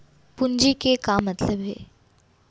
पूंजी के का मतलब हे?